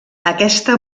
aquesta